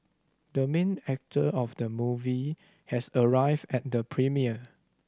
the main actor of the movie has arrived at the premiere